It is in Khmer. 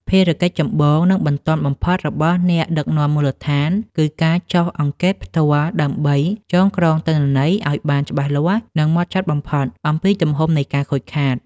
ភារកិច្ចចម្បង និងបន្ទាន់បំផុតរបស់អ្នកដឹកនាំមូលដ្ឋាន គឺការចុះអង្កេតផ្ទាល់ដើម្បី ចងក្រងទិន្នន័យឱ្យបានច្បាស់លាស់ និងហ្មត់ចត់បំផុតអំពីទំហំនៃការខូចខាត។